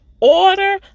Order